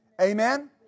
Amen